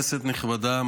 כנסת נכבדה,